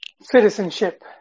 citizenship